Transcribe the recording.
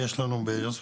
אם יש לנו ביוספטל,